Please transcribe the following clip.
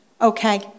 Okay